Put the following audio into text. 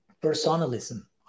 personalism